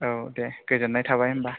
औ दे गोजोननाय थाबाय होमबा